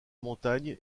montagne